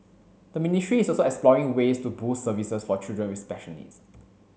the ministry is also exploring ways to boost services for children with special needs